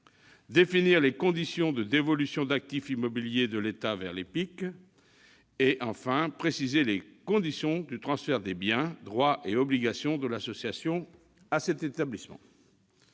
définir les conditions de dévolution d'actifs immobiliers de l'État à l'EPIC et de préciser les conditions du transfert des biens, droits et obligations de l'association à cet établissement.